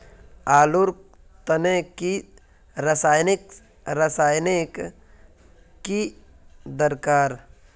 आलूर तने की रासायनिक रासायनिक की दरकार?